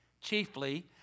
Chiefly